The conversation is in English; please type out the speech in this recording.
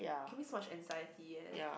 gives me so much anxiety eh